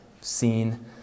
seen